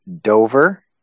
Dover